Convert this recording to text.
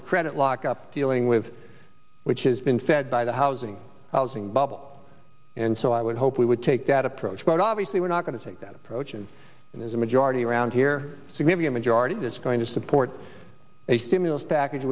the credit lockup dealing with which has been fed by the housing bubble and so i would hope we would take that approach but obviously we're not going to take that approach and there's a majority around here to give you a majority that's going to support a stimulus package